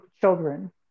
children